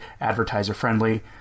advertiser-friendly